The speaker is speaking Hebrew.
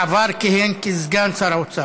בעבר כיהן כסגן שר האוצר.